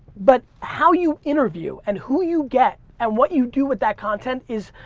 but how you interview and who you get and what you do with that content is.